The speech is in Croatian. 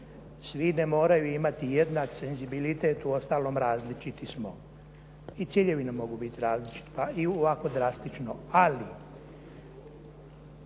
Svi ne moraju imati jednak senzibilitet, uostalom različiti smo i ciljevi nam mogu biti različiti, pa i u ovako drastično. Ali,